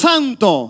Santo